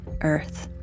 Earth